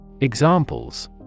Examples